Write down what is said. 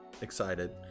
Excited